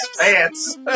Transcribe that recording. Pants